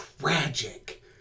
tragic